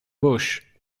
bush